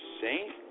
saint